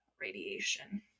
radiation